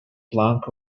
plank